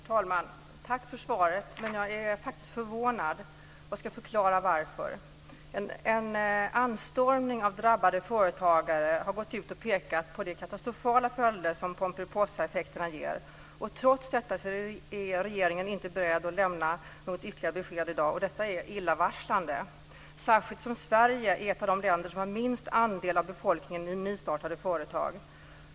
Herr talman! Tack för svaret. Jag är faktiskt förvånad, och jag ska förklara varför. En anstormning av drabbade företagare har gått ut och pekat på de katastrofala följder som pomperipossaeffekten ger. Trots detta är regeringen inte beredd att lämna något ytterligare besked i dag. Detta är illavarslande, särskilt då Sverige är ett av de länder som har minst andel av befolkningen i nystartade företag.